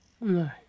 no